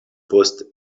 post